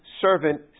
servant